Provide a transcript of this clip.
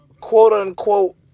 quote-unquote